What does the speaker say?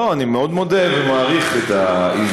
לא, אני מאוד מודה ומעריך את ההזדמנות.